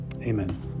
amen